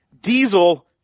Diesel